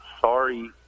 Sorry